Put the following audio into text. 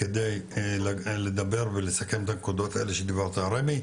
כדי לדבר ולסכם את הנקודות האלה שדיברת על רמ"י,